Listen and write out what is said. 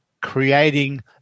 creating